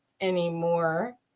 anymore